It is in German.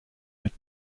mit